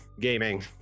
gaming